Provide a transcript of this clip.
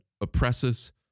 oppresses